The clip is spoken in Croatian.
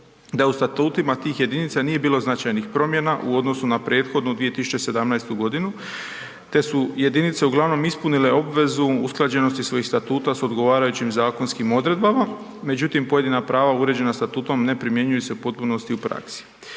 da u statutima tih jedinica nije bilo značajnih promjena u odnosu na prethodnu 2017. g. te su jedinice uglavnom ispunile obvezu usklađenosti svojih statuta s odgovarajućim zakonskim odredbama međutim pojedina prava uređena statutom ne primjenjuju se u potpunosti u praksi.